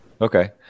okay